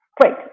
great